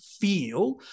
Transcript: feel